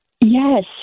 Yes